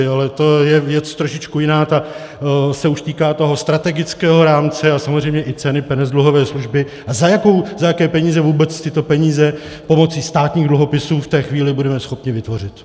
Ale to je věc trošičku jiná, ta se už týká toho strategického rámce a samozřejmě i ceny peněz dluhové služby, a za jaké peníze vůbec tyto peníze pomocí státních dluhopisů v té chvíli budeme schopni vytvořit.